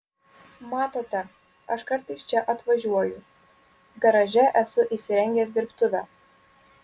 matote aš kartais čia atvažiuoju garaže esu įsirengęs dirbtuvę